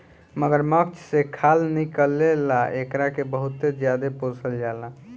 मगरमच्छ से खाल निकले ला एकरा के बहुते ज्यादे पोसल जाला